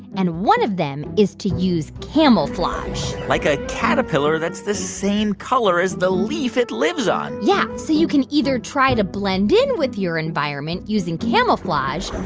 and one of them is to use camouflage like a caterpillar that's the same color as the leaf it lives on yeah. so you can either try to blend in with your environment using camouflage.